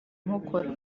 nkokora